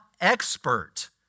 expert